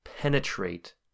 penetrate